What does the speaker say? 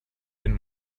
den